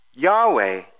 Yahweh